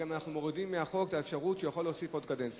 ואנחנו גם מורידים מהחוק את האפשרות שהוא יכול להוסיף עוד קדנציה.